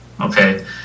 okay